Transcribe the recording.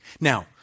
Now